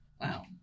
Wow